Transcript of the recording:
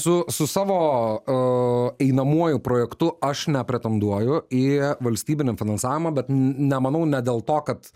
su su savo einamuoju projektu aš nepretenduoju į valstybinį finansavimą bet nemanau ne dėl to kad